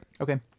Okay